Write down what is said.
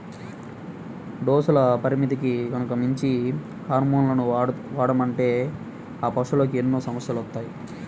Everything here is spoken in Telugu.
డోసుల పరిమితికి గనక మించి హార్మోన్లను వాడామంటే ఆ పశువులకి ఎన్నో సమస్యలొత్తాయి